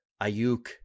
Ayuk